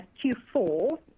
Q4